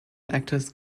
actors